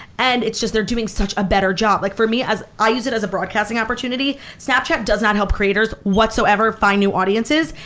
and it's just they're doing such a better job. like for me, i use it as a broadcasting opportunity, snapchat does not help creators whatsoever find new audiences.